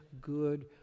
good